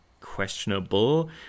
questionable